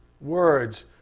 words